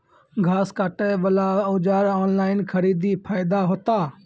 घास काटे बला औजार ऑनलाइन खरीदी फायदा होता?